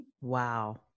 Wow